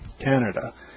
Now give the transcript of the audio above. Canada